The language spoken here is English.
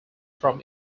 from